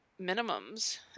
minimums